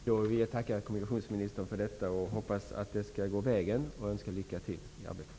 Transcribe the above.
Fru talman! Jag vill tacka kommunikationsministern för det. Jag hoppas att det skall gå vägen och önskar lycka till i arbetet.